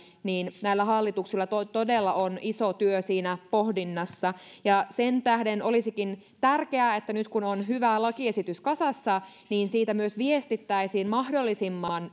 niin näillä hallituksilla todella on iso työ siinä pohdinnassa sen tähden olisikin tärkeää että nyt kun on hyvä lakiesitys kasassa niin siitä myös viestittäisiin mahdollisimman